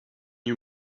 you